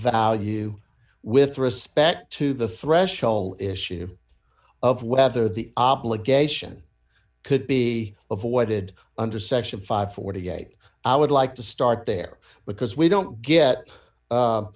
value with respect to the threshold issue of whether the obligation could be avoided under section five hundred and forty eight i would like to start there because we don't get